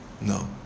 No